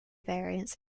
variants